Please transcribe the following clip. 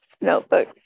notebook